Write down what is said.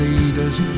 Leaders